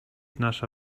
nasza